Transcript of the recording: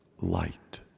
light